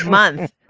month.